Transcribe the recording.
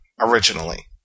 originally